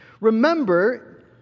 Remember